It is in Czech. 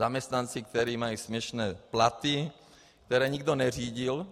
Zaměstnanci, kteří mají směšné platy, které nikdo neřídil.